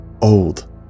old